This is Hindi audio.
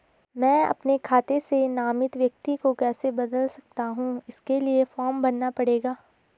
मैं अपने खाते से नामित व्यक्ति को कैसे बदल सकता हूँ इसके लिए फॉर्म भरना पड़ेगा?